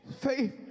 faith